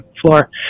floor